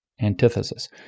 antithesis